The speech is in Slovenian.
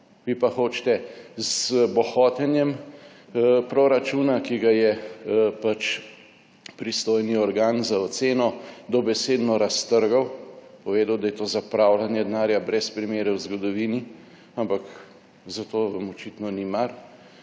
Vi pa hočete z bohotenjem proračuna, ki ga je pač pristojni organ za oceno dobesedno raztrgal, povedal, da je to zapravljanje denarja brez primere v zgodovini, ampak za to vam očitno ni mar.